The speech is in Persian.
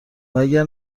اگر